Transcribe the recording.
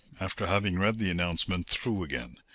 after having read the announcement through again,